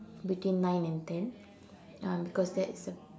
between nine and ten um because that is the